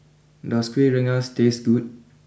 does Kuih Rengas taste good